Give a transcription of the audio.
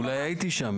אולי הייתי שם.